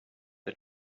the